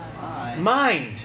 Mind